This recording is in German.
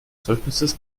zeugnisses